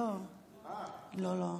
לא לא,